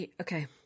okay